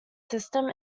system